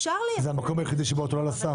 זה המקום היחיד שבו את עולה לשר.